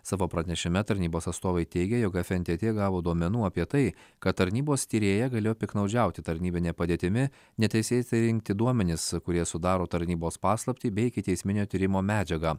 savo pranešime tarnybos atstovai teigė jog fntt gavo duomenų apie tai kad tarnybos tyrėja galėjo piktnaudžiauti tarnybine padėtimi neteisėtai rinkti duomenis kurie sudaro tarnybos paslaptį bei ikiteisminio tyrimo medžiagą